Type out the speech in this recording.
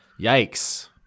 Yikes